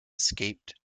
escaped